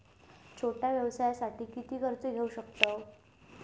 छोट्या व्यवसायासाठी किती कर्ज घेऊ शकतव?